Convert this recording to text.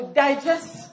digest